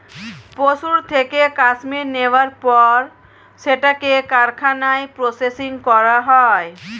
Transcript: পশুর থেকে কাশ্মীর নেয়ার পর সেটাকে কারখানায় প্রসেসিং করা হয়